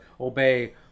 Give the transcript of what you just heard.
obey